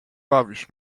bawisz